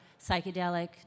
psychedelic